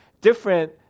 different